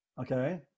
okay